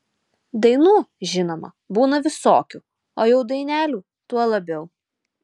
dainų žinoma būna visokių o jau dainelių tuo labiau